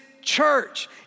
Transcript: Church